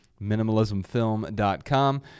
minimalismfilm.com